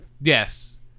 yes